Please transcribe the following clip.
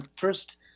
first